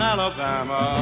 Alabama